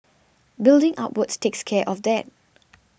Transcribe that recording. building upwards takes care of that